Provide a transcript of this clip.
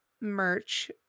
merch